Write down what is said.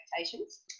expectations